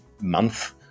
month